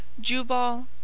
Jubal